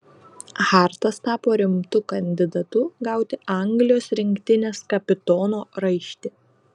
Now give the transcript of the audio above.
hartas tapo rimtu kandidatu gauti anglijos rinktinės kapitono raištį